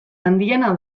handiena